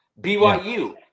BYU